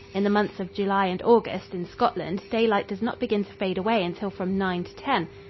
in the months of july and august in scotland daylight does not begin to fade away until from nine to ten,